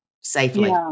safely